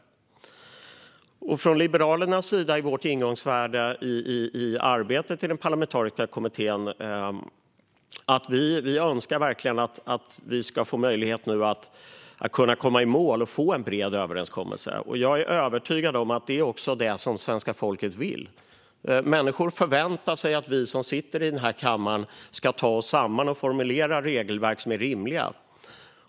Liberalernas ingångsvärde i arbetet i den parlamentariska kommittén är att vi nu ska få möjlighet att komma i mål och nå en bred överenskommelse. Jag är övertygad om att det också är det som svenska folket vill. Människor förväntar sig att vi som sitter i den här kammaren ska ta oss samman och formulera regelverk som är rimliga.